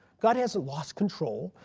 god hasn't lost control.